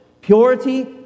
purity